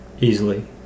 easily